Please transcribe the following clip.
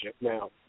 now